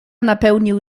napełnił